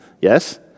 Yes